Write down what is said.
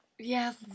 Yes